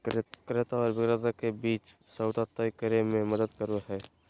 क्रेता आर विक्रेता के बीच सौदा तय करे में मदद करो हइ